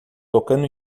tocando